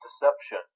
deception